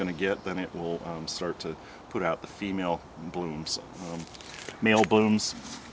to get then it will start to put out the female blooms male blooms